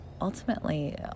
ultimately